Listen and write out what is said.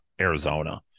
Arizona